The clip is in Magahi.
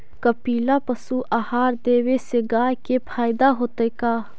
कपिला पशु आहार देवे से गाय के फायदा होतै का?